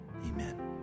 Amen